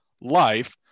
life